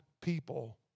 people